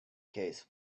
case